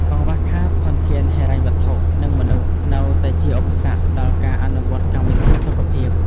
កង្វះខាត ធនធានហិរញ្ញវត្ថុ និងមនុស្ស នៅតែជាឧបសគ្គដល់ការអនុវត្តកម្មវិធីសុខភាព។